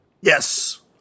Yes